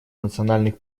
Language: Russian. национальных